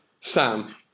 Sam